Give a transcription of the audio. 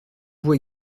vous